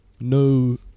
no